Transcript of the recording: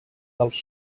dels